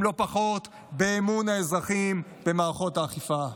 לא פחות באמון האזרחים במערכות האכיפה.